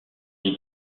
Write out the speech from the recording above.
les